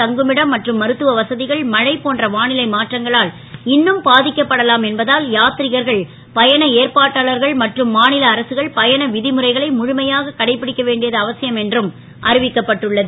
தங்குமிடம் மற்றும் மருத்துவ வச கள் மழை போன்ற வா லை மாற்றங்களால் இன்னும் பா க்கப்படலாம் என்பதால் யாத் ரிகர்கள் பயண ஏற்பாட்டாளர்கள் மற்றும் மா ல அரசுகள் பயண வி முறைகளை முழுமையாக கடைபிடிக்க வேண்டியது அவசியம் என்றும் அறிவிக்கப்பட்டுள்ளது